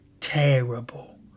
terrible